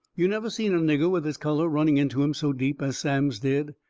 you never seen a nigger with his colour running into him so deep as sam's did.